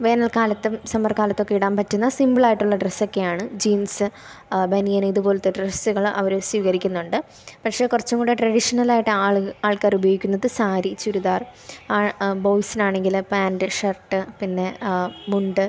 വേനൽക്കാലത്തും സമ്മർക്കാലത്തൊക്കെ ഇടാൻ പറ്റുന്ന സിമ്പിൾ ആയിട്ടുള്ള ഡ്രസ്സ് ഒക്കെയാണ് ജീൻസ് ബനിയൻ ഇത് പോലത്തെ ഡ്രസ്സുകൾ അവർ സ്വീകരിക്കുന്നുണ്ട് പക്ഷെ കുറച്ചുംകൂടെ ട്രഡീഷണൽ ആയിട്ട് ആൾക്കാർ ഉപയോഗിക്കുന്നത് സാരി ചുരിദാർ ബോയ്സിന് ആണെങ്കിൽ പാൻറ്റ് ഷർട്ട് പിന്നെ മുണ്ട്